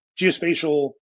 geospatial